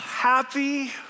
Happy